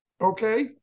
okay